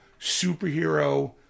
superhero